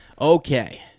okay